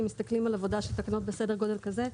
אם מסתכלים על עבודה של תקנות בסדר גודל כזה,